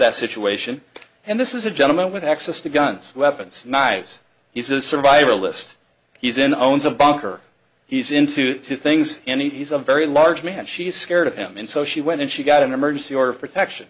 that situation and this is a gentleman with access to guns weapons knives he's a survivalist he's in owns a bunker he's into things and he's a very large man she's scared of him and so she went and she got an emergency order protection